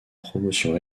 promotion